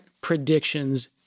predictions